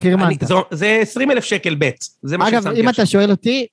קרמנת. זה 20 אלף שקל בייטס. אגב, אם אתה שואל אותי...